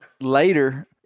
later